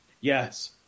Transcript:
Yes